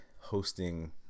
hosting